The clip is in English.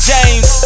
James